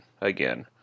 again